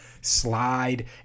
slide